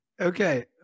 Okay